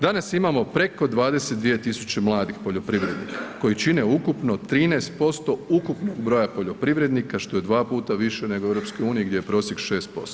Danas imamo preko 22 000 mladih poljoprivrednika koji čine ukupno 13% ukupnog broja poljoprivrednika, što je 2 puta više nego u EU gdje je prosjek 6%